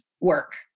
work